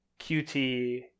QT